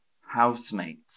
housemate